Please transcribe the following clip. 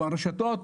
או הרשתות,